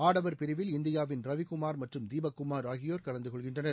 ஆடவர் பிரிவில் இந்தியாவின் ரவிக்குமார் மற்றும் தீபக் குமார் ஆகியோர் கலந்து கொள்கின்றனர்